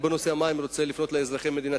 בנושא המים אני רוצה לפנות אל אזרחי מדינת